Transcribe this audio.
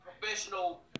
professional